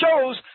shows